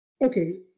okay